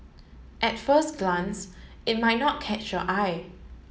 at first glance it might not catch your eye